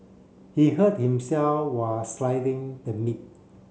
he hurt himself while slicing the meat